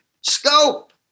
scope